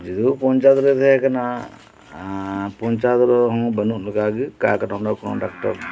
ᱡᱩᱫᱤᱭᱳ ᱯᱚᱱᱪᱟᱭᱮᱛ ᱨᱮ ᱛᱟᱦᱮᱸ ᱠᱟᱱᱟ ᱯᱚᱱᱪᱟᱭᱮᱛ ᱨᱮᱦᱚᱸ ᱵᱟᱹᱱᱩᱜ ᱞᱮᱠᱟ ᱜᱮ ᱠᱟᱜ ᱰᱚᱰᱚ ᱠᱚᱦᱚᱸ ᱰᱟᱠᱴᱚᱨ